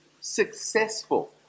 successful